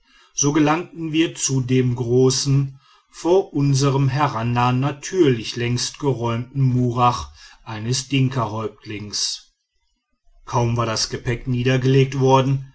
so gelangten wir zu dem großen vor unserm herannahen natürlich längst geräumten murach eines dinkahäuptlings kaum war das gepäck niedergelegt worden